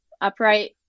upright